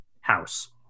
house